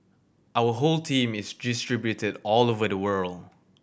our whole team is distributed all over the world